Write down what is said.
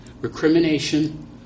recrimination